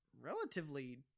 relatively